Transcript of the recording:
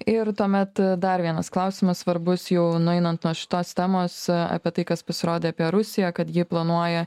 ir tuomet a dar vienas klausimas svarbus jau nueinant nuo šitos temos a apie tai kas pasirodė apie rusiją kad ji planuoja